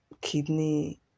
kidney